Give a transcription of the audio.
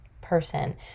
person